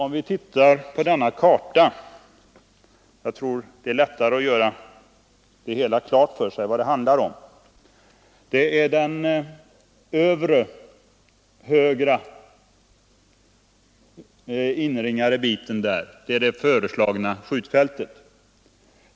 För att göra det lättare att förstå vad det handlar om visar jag här en kartbild på TV-skärmen.